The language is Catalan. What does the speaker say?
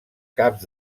caps